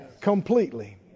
Completely